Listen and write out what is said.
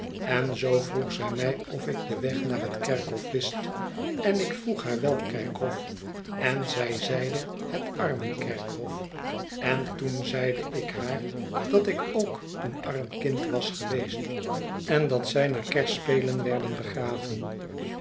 en zoo vroeg zij mij of ik den weg naar het kerkhof wist en ik vroeg haar welk kerkhof en zij zeide het armenkerkhof en toen zeide ik haar dat ik ook een armkind was geweest en dat zij naar de kerspelen werden begraven